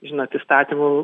žinot įstatymų